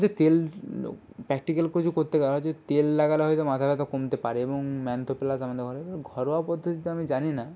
যে তেল প্র্যাকটিক্যাল কিছু করতে গেলো যে তেল লাগালে হয়তো মাথা ব্যথা কমতে পারে এবং মেন্থো প্লাস আমাদের ঘরে ঘরোয়া পদ্ধতিতে আমি জানি না